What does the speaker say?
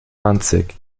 ranzig